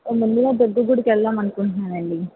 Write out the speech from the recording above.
ముందుగా దుర్గ గుడికి వెళ్దామని అనుకుంటున్నామండి